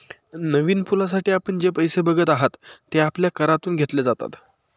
नवीन पुलासाठी आपण जे पैसे बघत आहात, ते आपल्या करातून घेतले जातात